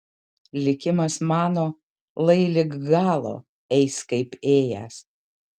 likimas mano lai lig galo eis kaip ėjęs